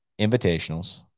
Invitationals